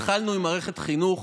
התחלנו עם מערכת החינוך